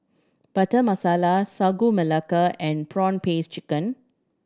Butter Masala Sagu Melaka and prawn paste chicken